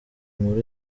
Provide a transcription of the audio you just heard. nkuru